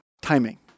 timing